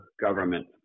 government